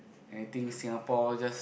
and I think Singapore just